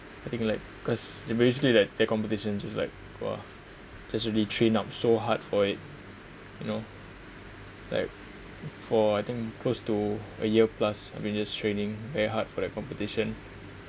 I think like cause the basically like that competition just like !wah! just already train up so hard for it you know like for I think close to a year plus of vigorous training very hard for that competition